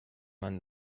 man